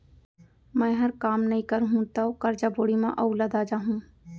मैंहर काम नइ करहूँ तौ करजा बोड़ी म अउ लदा जाहूँ